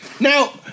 Now